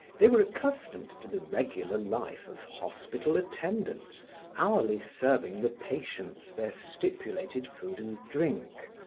they were accustomed to the regular life of hospital attendants hourly serving the patients their stipulated food and drink,